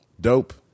dope